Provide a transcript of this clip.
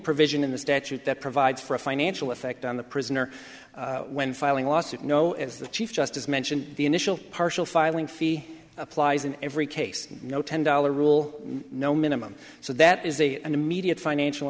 provision in the statute that provides for a financial effect on the prisoner when filing a lawsuit no as the chief justice mentioned the initial partial filing fee applies in every case no ten dollar rule no minimum so that is a an immediate financial